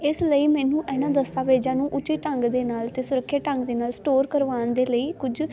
ਇਸ ਲਈ ਮੈਨੂੰ ਇਹਨਾਂ ਦਸਤਾਵੇਜ਼ਾਂ ਨੂੰ ਉਚਿਤ ਢੰਗ ਦੇ ਨਾਲ ਅਤੇ ਸੁੱਰਖਿਅਤ ਢੰਗ ਦੇ ਨਾਲ ਸਟੋਰ ਕਰਵਾਉਣ ਦੇ ਲਈ ਕੁਝ